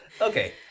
Okay